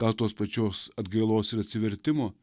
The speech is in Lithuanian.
gal tos pačios atgailos ir atsivertimo